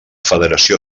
federació